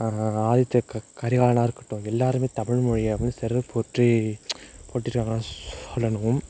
ஆதித்ய க கரிகாலனாக இருக்கட்டும் எல்லாருமே தமிழ் மொழியை வந்து சிறப்புற்றி போற்றிருக்காங்கனுதான் சொல்லணும்